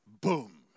boom